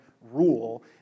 rule